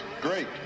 great